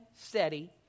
steady